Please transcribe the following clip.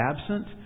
absent